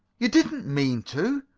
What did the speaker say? you didn't mean to?